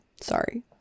Sorry